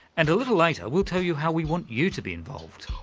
and a little later we'll tell you how we want you to be involved.